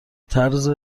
طرز